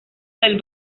del